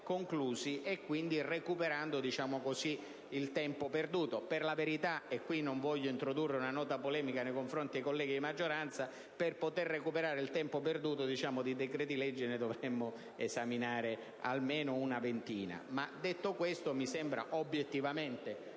conclusi, recuperando quindi il tempo perduto. Per la verità - non voglio introdurre una nota polemica nei confronti dei colleghi della maggioranza - per poter recuperare il tempo perduto di decreti-legge ne dovremmo esaminare almeno una ventina. Detto questo, mi sembra obiettivamente